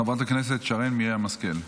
חברת הכנסת שרן מרים השכל,